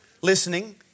listening